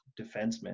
defenseman